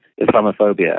Islamophobia